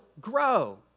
grow